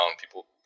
People